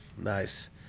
nice